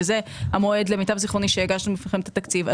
שזה המועד למיטב זכרוני שהגשנו בפניכם את התקציב.